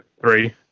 Three